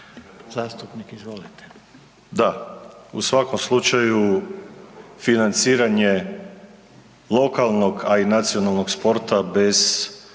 Siniša (HDZ)** Da, u svakom slučaju financiranje lokalnog, a i nacionalnog sporta bez